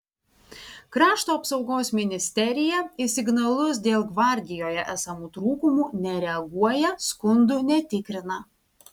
krašto apsaugos ministerija į signalus dėl gvardijoje esamų trūkumų nereaguoja skundų netikrina